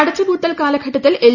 അടച്ചുപൂട്ടൽ കാലഘട്ടത്തിൽ എൽ